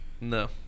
No